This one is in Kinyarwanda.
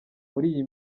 iyi